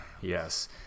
yes